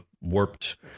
warped